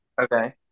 okay